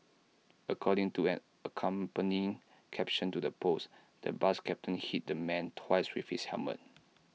according to an accompanying caption to the post the bus captain hit the man twice with his helmet